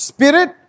Spirit